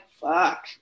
Fuck